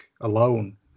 alone